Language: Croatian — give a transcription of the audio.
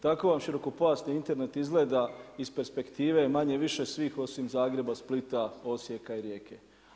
Tako vam širokopojasni Internet izgleda iz perspektive manje-više svih osim Zagreba, Splita, Osijeka i Rijeke.